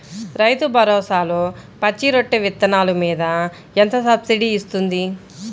రైతు భరోసాలో పచ్చి రొట్టె విత్తనాలు మీద ఎంత సబ్సిడీ ఇస్తుంది?